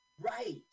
Right